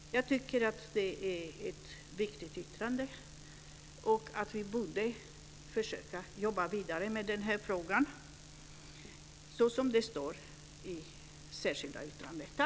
Jag tycker att det är ett viktigt yttrande och att vi borde försöka jobba vidare med denna fråga, såsom det står i det särskilda yttrandet.